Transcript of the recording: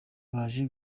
baje